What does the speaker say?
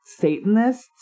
Satanists